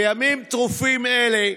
בימים טרופים אלה,